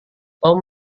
tom